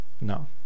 No